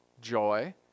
joy